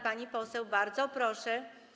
Pani poseł, bardzo proszę.